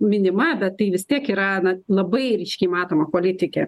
minima bet tai vis tiek yra na labai ryškiai matoma politikė